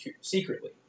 secretly